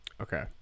okay